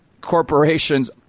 corporations